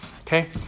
Okay